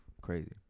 Crazy